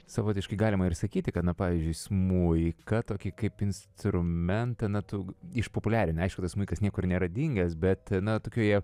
savotiškai galima ir sakyti kad na pavyzdžiui smuiką tokį kaip instrumentą na tu išpopuliarinai aišku tas smuikas niekur nėra dingęs bet na tokioje